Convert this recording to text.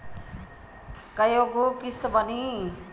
कय गो किस्त बानी?